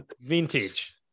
vintage